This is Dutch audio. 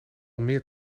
meer